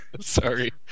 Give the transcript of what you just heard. sorry